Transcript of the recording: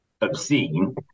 obscene